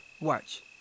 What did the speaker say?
watch